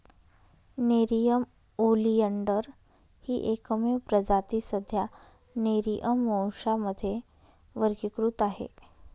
Nerium oleander ही एकमेव प्रजाती सध्या नेरिअम वंशामध्ये वर्गीकृत आहे